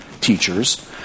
teachers